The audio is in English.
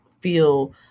feel